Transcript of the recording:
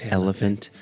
elephant